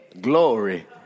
Glory